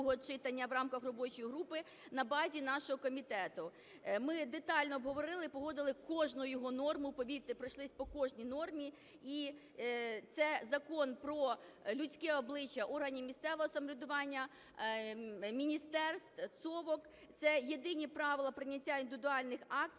другого читання в рамках робочої групи на базі нашого комітету. Ми детально обговорили і погодили кожну його норму, повірте, пройшлися по кожній нормі І це закон про людське обличчя органів місцевого самоврядування, міністерств, цовок. Це єдині правила прийняття індивідуальних актів,